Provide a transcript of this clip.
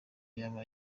yaba